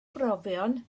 brofion